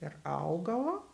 ir augalo